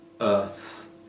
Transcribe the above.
earth